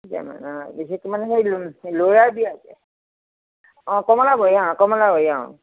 সেইটো মানে সেই ল'ৰাৰ বিয়া অঁ কমলাবৰীয়া অঁ কমলাবৰীয়া অঁ